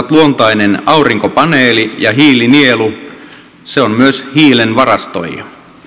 luontainen aurinkopaneeli ja hiilinielu se on myös hiilen varastoija